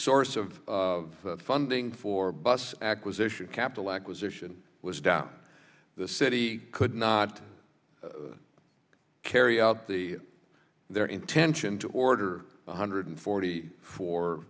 source of funding for bus acquisition capital acquisition was down the city could not carry out the their intention to order one hundred forty four